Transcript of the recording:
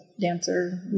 dancer